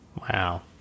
Wow